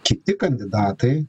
kiti kandidatai